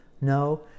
No